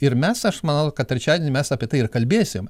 ir mes aš manau kad trečiadienį mes apie tai ir kalbėsim